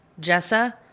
Jessa